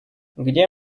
где